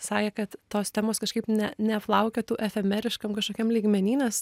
sakė kad tos temos kažkaip ne neplaukiotų efemeriškam kažkokiam lygmeny nes